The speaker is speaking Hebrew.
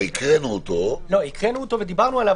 הקראנו אותו ודיברנו עליו